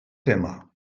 tema